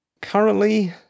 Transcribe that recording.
Currently